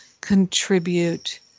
contribute